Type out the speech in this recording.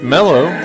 Mellow